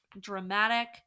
dramatic